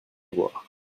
voir